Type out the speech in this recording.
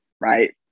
right